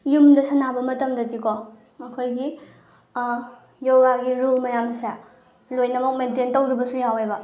ꯌꯨꯝꯗ ꯁꯥꯟꯅꯕ ꯃꯇꯝꯗꯗꯤꯀꯣ ꯃꯈꯣꯏꯒꯤ ꯌꯣꯒꯥꯒꯤ ꯔꯨꯜ ꯃꯌꯥꯝꯁꯦ ꯂꯣꯏꯅꯃꯛ ꯃꯦꯟꯇꯦꯟ ꯇꯧꯗꯕꯁꯨ ꯌꯥꯎꯑꯦꯕ